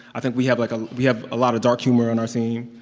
i think we have, like, a we have a lot of dark humor on our team,